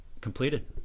completed